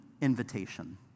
invitation